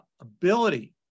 ability